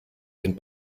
den